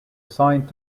assigned